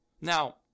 now